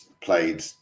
played